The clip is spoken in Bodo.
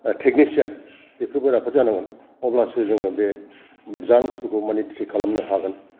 टेकनिसियान बेफोरबो राफोद जानांगोन अब्लासो जोङो बे जार्म्स फोरखौ माने त्रित खालामनो हागोन